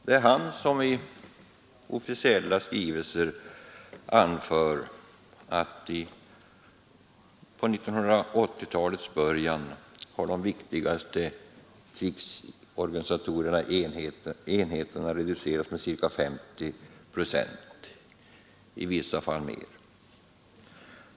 Det är han som i officiella skrivelser anför att vid 1980-talets början har de viktigaste krigsenheterna reducerats med ca 50 procent, i vissa fall mer.